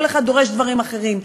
כל אחד דורש דברים אחרים,